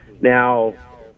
Now